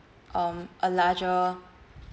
um a larger